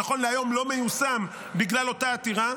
שנכון להיום לא מיושם בגלל אותה עתירה,